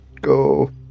go